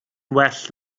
well